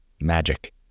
magic